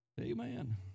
Amen